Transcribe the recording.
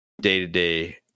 day-to-day